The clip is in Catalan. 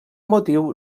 motiu